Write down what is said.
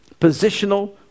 Positional